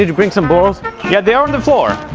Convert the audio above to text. ah bring some balls? yeah, they are on the floor!